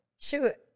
Shoot